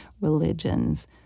religions